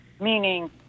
meaning